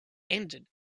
ended